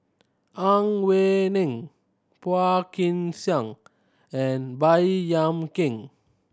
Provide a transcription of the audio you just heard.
Ang Wei Neng Phua Kin Siang and Baey Yam Keng